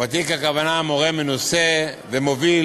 ותיק, הכוונה מורה מנוסה ומוביל,